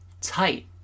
tight